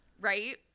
Right